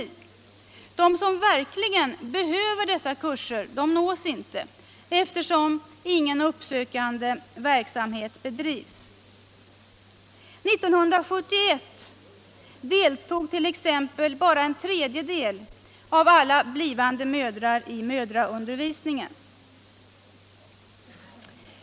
De som verkligen behöver dessa kurser nås inte, eftersom ingen uppsökande verksamhet bedrivs. 1971 deltog t.ex. bara en tredjedel av alla blivande mödrar i mödraundervisningen.